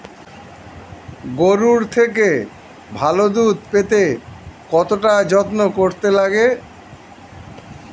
গরুর থেকে ভালো দুধ পেতে কতটা যত্ন করতে লাগে